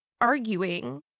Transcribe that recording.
arguing